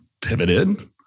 pivoted